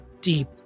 deep